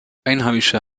einheimische